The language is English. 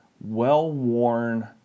well-worn